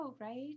right